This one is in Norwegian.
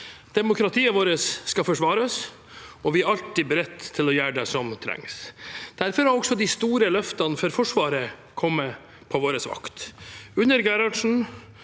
Demokratiet vårt skal forsvares, og vi er alltid beredt til å gjøre det som trengs. Derfor har også de store løftene for Forsvaret kommet på vår vakt – under Gerhardsen,